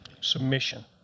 submission